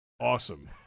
Awesome